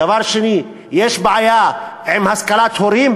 דבר שני, יש בעיה עם השכלת ההורים?